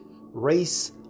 race